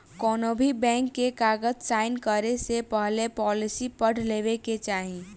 कौनोभी बैंक के कागज़ साइन करे से पहले पॉलिसी पढ़ लेवे के चाही